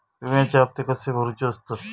विम्याचे हप्ते कसे भरुचे असतत?